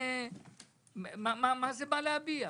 מה זה בא להביע?